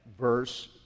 verse